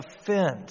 offense